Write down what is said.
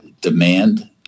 demand